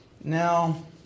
Now